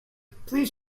please